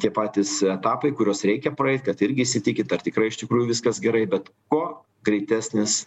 tie patys etapai kuriuos reikia praeit kad irgi įsitikint ar tikrai iš tikrųjų viskas gerai bet kuo greitesnis